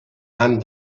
and